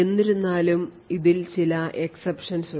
എന്നിരുന്നാലും ഇതിൽ ചില exceptions ഉണ്ട്